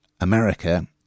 America